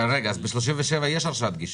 בסעיף 37 יש הרשאת גישה.